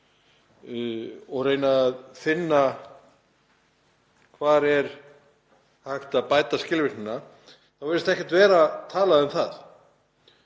og reyna að finna út hvar hægt er að bæta skilvirknina, þá virðist ekkert vera talað um það.